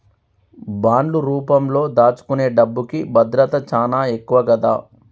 బాండ్లు రూపంలో దాచుకునే డబ్బుకి భద్రత చానా ఎక్కువ గదా